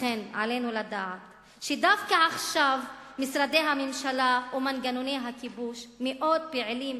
לכן עלינו לדעת שדווקא עכשיו משרדי הממשלה ומנגנוני הכיבוש מאוד פעילים